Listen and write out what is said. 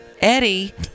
Eddie